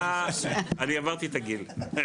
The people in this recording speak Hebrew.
אני עברתי את הגיל.